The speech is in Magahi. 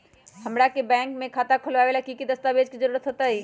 हमरा के बैंक में खाता खोलबाबे ला की की दस्तावेज के जरूरत होतई?